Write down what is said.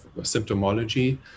symptomology